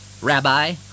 Rabbi